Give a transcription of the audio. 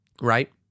Right